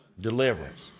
deliverance